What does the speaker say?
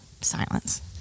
Silence